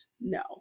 no